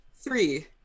Three